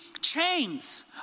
chains